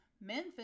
Memphis